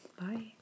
Bye